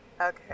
Okay